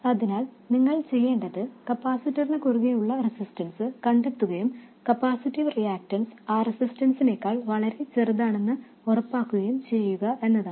അതിനാൽ നിങ്ങൾ ചെയ്യേണ്ടത് കപ്പാസിറ്ററിനു കുറുകേയുള്ള റെസിസ്റ്റൻസ് കണ്ടെത്തുകയും കപ്പാസിറ്റീവ് റിയാക്റ്റൻസ് ആ റെസിസ്റ്റൻസിനേക്കാൾ വളരെ ചെറുതാണെന്ന് ഉറപ്പാക്കുകയും ചെയ്യുക എന്നതാണ്